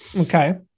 Okay